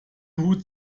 hut